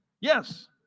yes